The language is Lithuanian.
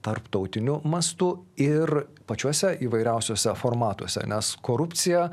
tarptautiniu mastu ir pačiuose įvairiausiuose formatuose nes korupcija